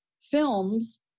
films